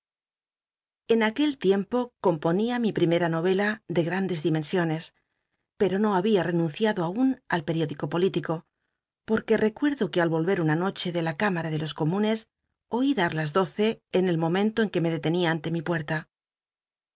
en aquel tiempo componía mi primera novela de grandes dimensiones pero no babia renunciado aun al periódico político porque recuci io que al ohcj una noche de la cümam de los comunes oí dar las doce en el momento en que me deten ia ante mi puerta